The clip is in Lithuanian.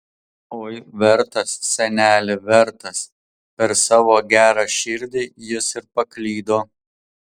oi vertas seneli vertas per savo gerą širdį jis ir paklydo